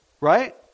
right